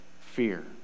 Fear